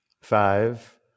Five